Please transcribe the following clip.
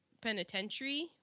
penitentiary